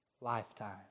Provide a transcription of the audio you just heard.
lifetime